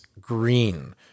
green